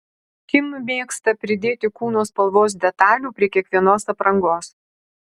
kim mėgsta pridėti kūno spalvos detalių prie kiekvienos aprangos